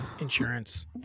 insurance